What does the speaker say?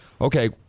Okay